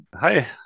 hi